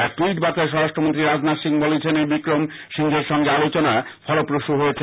এক ট্যুইট বার্তায় স্বরাষ্ট্রমন্ত্রী রাজনাথ সিং বলেছেন বিক্রম সিংঘের সাথে আলোচনা ফলপ্রসু হয়েছে